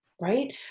right